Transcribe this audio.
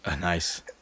Nice